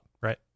right